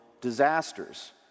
disasters